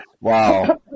Wow